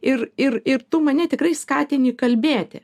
ir ir ir tu mane tikrai skatini kalbėti